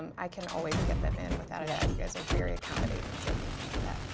um i can always get them in. without a doubt you guys are very accommodating, so thank you for that.